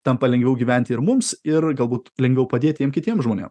tampa lengviau gyventi ir mums ir galbūt lengviau padėt tiem kitiem žmonėm